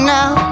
now